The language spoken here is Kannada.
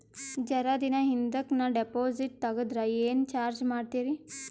ಜರ ದಿನ ಹಿಂದಕ ನಾ ಡಿಪಾಜಿಟ್ ತಗದ್ರ ಏನ ಚಾರ್ಜ ಮಾಡ್ತೀರಿ?